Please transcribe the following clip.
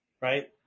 right